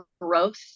growth